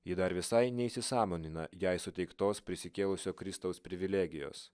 ji dar visai neįsisąmonina jai suteiktos prisikėlusio kristaus privilegijos